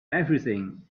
everything